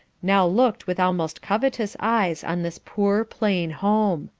now looked with almost covetous eyes on this poor, plain home.